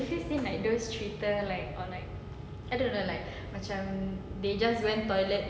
they just went toilet